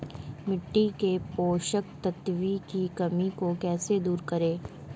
मिट्टी के पोषक तत्वों की कमी को कैसे दूर करें?